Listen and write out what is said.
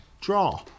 draw